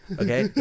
Okay